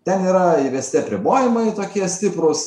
ten yra įvesti apribojimai tokie stiprūs